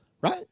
right